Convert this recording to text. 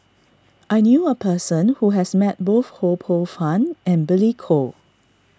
I knew a person who has met both Ho Poh Fun and Billy Koh